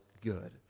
good